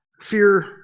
fear